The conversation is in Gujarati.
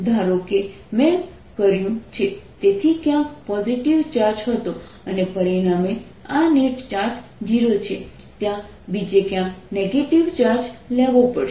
ધારો કે મેં કર્યું છે તેથી ક્યાંક પોઝિટિવ ચાર્જ હતો અને પરિણામે આ નેટ ચાર્જ 0 છે ત્યાં બીજે ક્યાંક નેગેટિવ ચાર્જ લેવો પડશે